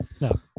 No